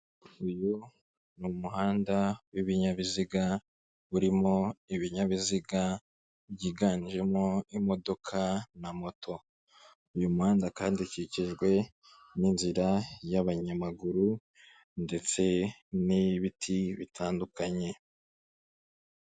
Uyu ni umuhanda w'ibinyabiziga, urimo ibinyabiziga byiganjemo imodoka na moto, uyu muhanda kandi ukikijwe n'inzira y'abanyamaguru ndetse nibiti bitandukanye.